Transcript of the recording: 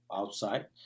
outside